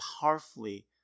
powerfully